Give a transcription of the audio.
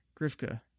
Grifka